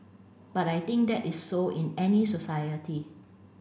but I think that is so in any society